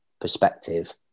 perspective